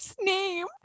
name